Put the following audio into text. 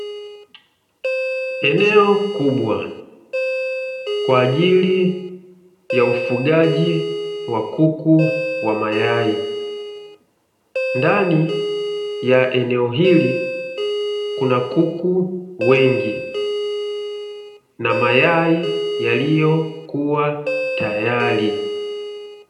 Eneo kubwa kwaajili ya ufugaji wa kuku wa mayai, ndani ya eneo hili kuna kuku wengi na mayai yaliyokuwa tayari.